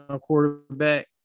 quarterback